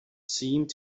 seemed